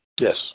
Yes